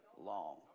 long